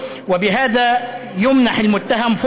וזו העבירה הראשונה המיוחסת לנאשם,